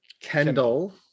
Kendall